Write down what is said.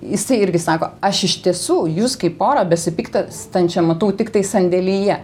jisai irgi sako aš iš tiesų jus kaip porą besipyktstančią matau tiktai sandėlyje